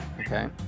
Okay